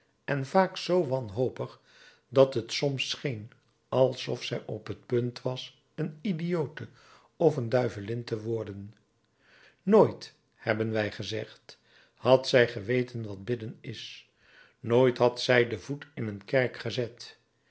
en vaak zoo wanhopig dat het soms scheen alsof zij op t punt was een idiote of een duivelin te worden nooit hebben wij gezegd had zij geweten wat bidden is nooit had zij den voet in een kerk gezet